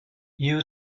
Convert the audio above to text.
you